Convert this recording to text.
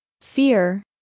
Fear